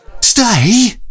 Stay